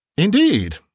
indeed!